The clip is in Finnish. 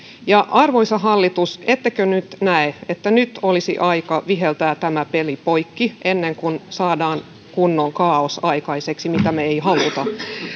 arvoisa hallitus ettekö näe että nyt olisi aika viheltää tämä peli poikki ennen kuin saadaan aikaiseksi kunnon kaaos mitä me emme halua